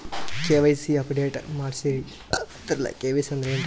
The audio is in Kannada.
ಕೆ.ವೈ.ಸಿ ಅಪಡೇಟ ಮಾಡಸ್ರೀ ಅಂತರಲ್ಲ ಕೆ.ವೈ.ಸಿ ಅಂದ್ರ ಏನ್ರೀ?